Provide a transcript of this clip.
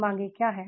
मांगे क्या हैं